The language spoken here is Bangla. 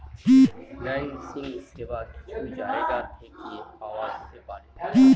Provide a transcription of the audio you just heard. ফিন্যান্সিং সেবা কিছু জায়গা থেকে পাওয়া যেতে পারে